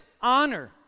honor